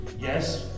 yes